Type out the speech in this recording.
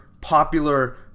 popular